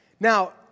Now